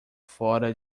fora